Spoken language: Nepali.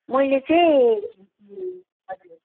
मैले चाहिँ हजुर